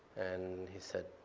and he said,